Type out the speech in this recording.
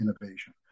innovation